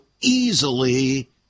easily